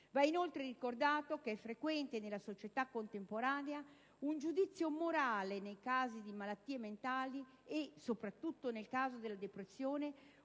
Va inoltre ricordato che è frequente, nella società contemporanea, un giudizio morale nei casi di malattie mentali e, soprattutto nel caso della depressione,